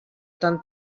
tan